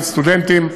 גם סטודנטים,